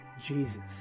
Jesus